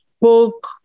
book